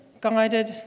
guided